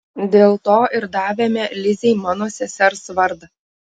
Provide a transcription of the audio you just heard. dėl to ir davėme lizei mano sesers vardą